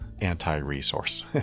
anti-resource